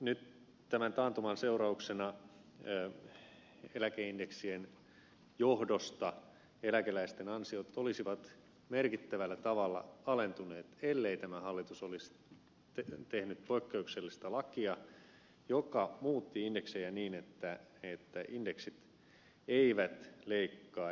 nyt tämän taantuman seurauksena eläkeindeksien johdosta eläkeläisten ansiot olisivat merkittävällä tavalla alentuneet ellei tämä hallitus olisi tehnyt poikkeuksellista lakia joka muutti indeksejä niin että indeksit eivät leikkaa eläkeläisten ansiotasoa